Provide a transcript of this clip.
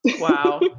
Wow